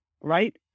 right